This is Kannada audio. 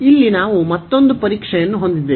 ಇಲ್ಲಿ ನಾವು ಮತ್ತೊಂದು ಪರೀಕ್ಷೆಯನ್ನು ಹೊಂದಿದ್ದೇವೆ